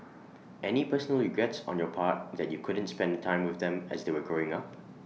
any personal regrets on your part that you couldn't spend time with them as they were growing up